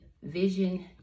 Vision